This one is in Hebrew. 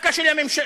דווקא של משטרה,